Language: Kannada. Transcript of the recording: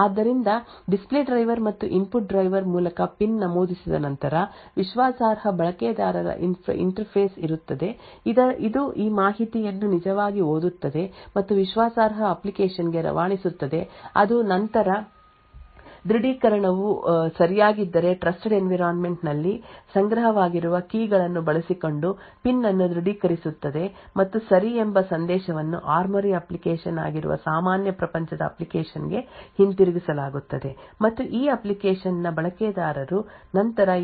ಆದ್ದರಿಂದ ಡಿಸ್ಪ್ಲೇ ಡ್ರೈವರ್ ಮತ್ತು ಇನ್ಪುಟ್ ಡ್ರೈವರ್ ಮೂಲಕ ಪಿನ್ ನಮೂದಿಸಿದ ನಂತರ ವಿಶ್ವಾಸಾರ್ಹ ಬಳಕೆದಾರ ಇಂಟರ್ಫೇಸ್ ಇರುತ್ತದೆ ಅದು ಈ ಮಾಹಿತಿಯನ್ನು ನಿಜವಾಗಿ ಓದುತ್ತದೆ ಮತ್ತು ವಿಶ್ವಾಸಾರ್ಹ ಅಪ್ಲಿಕೇಶನ್ ಗೆ ರವಾನಿಸುತ್ತದೆ ಅದು ನಂತರ ದೃಢೀಕರಣವು ಸರಿಯಾಗಿದ್ದರೆ ಟ್ರಸ್ಟೆಡ್ ಎನ್ವಿರಾನ್ಮೆಂಟ್ ನ್ನಲ್ಲಿ ಸಂಗ್ರಹವಾಗಿರುವ ಕೀ ಗಳನ್ನು ಬಳಸಿಕೊಂಡು ಪಿನ್ ಅನ್ನು ದೃಢೀಕರಿಸುತ್ತದೆ ಮತ್ತು ಸರಿ ಎಂಬ ಸಂದೇಶವನ್ನು ಆರ್ಮ್ಒರಿ ಅಪ್ಲಿಕೇಶನ್ ಆಗಿರುವ ಸಾಮಾನ್ಯ ಪ್ರಪಂಚದ ಅಪ್ಲಿಕೇಶನ್ ಗೆ ಹಿಂತಿರುಗಿಸಲಾಗುತ್ತದೆ ಮತ್ತು ಈ ಅಪ್ಲಿಕೇಶನ್ ನ ಬಳಕೆದಾರರು ನಂತರ ಈ ಅಪ್ಲಿಕೇಶನ್ ಅನ್ನು ಬಳಸುವುದನ್ನು ಮುಂದುವರಿಸುತ್ತಾರೆ